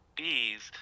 bees